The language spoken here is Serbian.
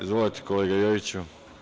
Izvolite, kolega Jojiću.